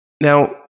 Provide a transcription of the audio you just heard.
Now